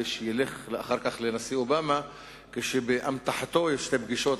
כדי שילך אחר כך לנשיא אובמה כשבאמתחתו יש שתי פגישות,